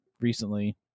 recently